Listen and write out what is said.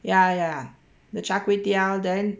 ya ya the char kway teow then